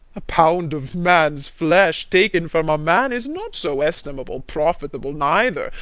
a pound of man's flesh, taken from a man, is not so estimable, profitable neither,